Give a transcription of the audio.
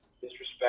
disrespect